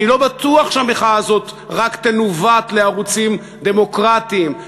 לא בטוח שהמחאה הזאת רק תנווט לערוצים דמוקרטיים,